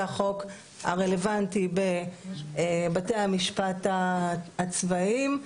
זה החוק הרלוונטי בבתי המשפט הצבאיים,